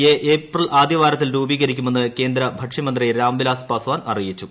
A April ആദ്യവാരത്തിൽ രൂപീകരിക്കുമെന്ന് കേന്ദ്ര ഭക്ഷ്യമന്ത്രി രാംവിലാസ് പസ്വാൻ അറിയിച്ചു